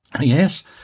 Yes